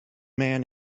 man